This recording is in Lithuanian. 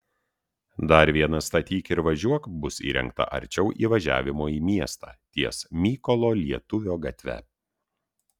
dar viena statyk ir važiuok bus įrengta arčiau įvažiavimo į miestą ties mykolo lietuvio gatve